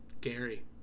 gary